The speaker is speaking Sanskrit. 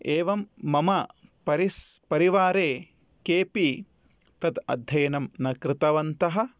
एवं मम परिस् परिवारे केपि तत् अध्ययनं न कृतवन्तः